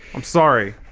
i'm sorry.